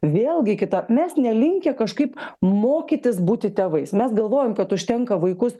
vėlgi kita mes nelinkę kažkaip mokytis būti tėvais mes galvojam kad užtenka vaikus